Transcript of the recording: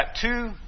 two